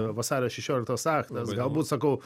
vasario šešioliktos aktas galbūt sakau